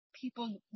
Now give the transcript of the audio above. people